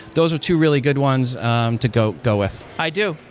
those are two really good ones to go go with i do.